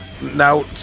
Now